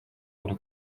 uri